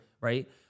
right